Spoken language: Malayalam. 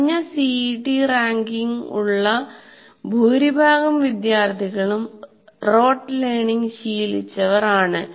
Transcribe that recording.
കുറഞ്ഞ സിഇടി റാങ്കിംഗ് ഉള്ള ഭൂരിഭാഗം വിദ്യാർത്ഥികളും റോട്ട് ലേർണിംഗ് ശീലിച്ചവർ ആണ്